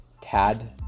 Tad